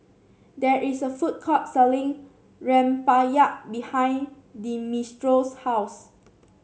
there is a food court selling rempeyek behind Dimitrios' house